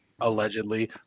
allegedly